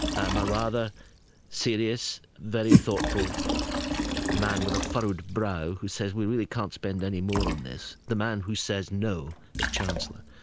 um a rather serious, very thoughtful man with a furrowed brow who says we really can't spend any more on this, the man who says no, as chancellor.